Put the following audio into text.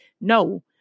No